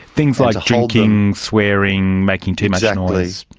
things like drinking, swearing, making too much noise.